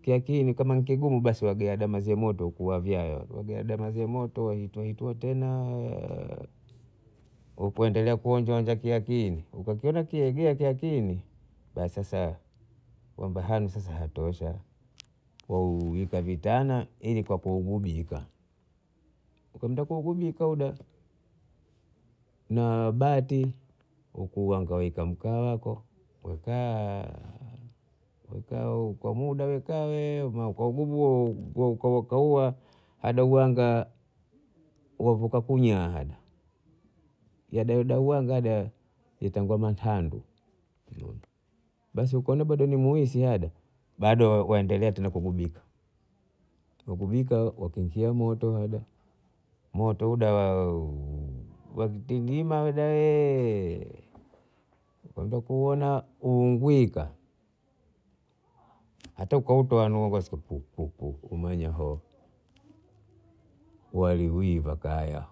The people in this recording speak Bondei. nkya kiini kama kigumu basi wageada mazia moto kuwavyao, wageada maziamoto wahituahitua tena ukwendelea kuonjaonja kia kiini ukakiona kia kia kiini basi sasa hanu hatosha, wauhuika vitana ili kwa kuugubika ukeenda kuugubika uda na baati ukuangaika mkaa wako ukaa wekaa kwa muda wekaa wee ukaugubua ukaukau wadebanga wabhukaunyaali yadaodao danga atauka matani, basi ukaona bado ni mwisi hada, bado waendelea tena kugubika, ugubika wafifia moto moto uda watindima ukaona uingika hata ukautoa unga umanya wali uiva.